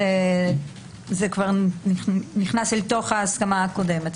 זה נכנס אל תוך ההסכמה הקודמת.